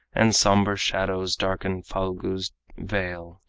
and somber shadows darkened phalgu's vale,